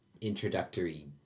introductory